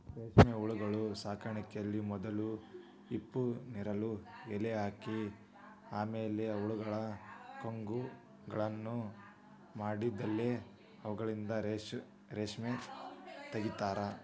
ರೇಷ್ಮೆಹುಳು ಸಾಕಾಣಿಕೆಯಲ್ಲಿ ಮೊದಲು ಹಿಪ್ಪುನೇರಲ ಎಲೆ ಹಾಕಿ ಆಮೇಲೆ ಹುಳಗಳು ಕೋಕುನ್ಗಳನ್ನ ಮಾಡಿದ್ಮೇಲೆ ಅವುಗಳಿಂದ ರೇಷ್ಮೆ ತಗಿತಾರ